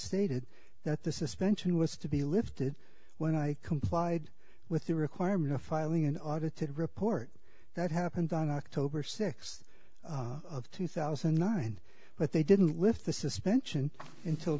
stated that the suspension was to be lifted when i complied with the requirement of filing an audited report that happened on october sixth of two thousand and nine but they didn't lift the suspension until